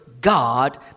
God